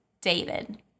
David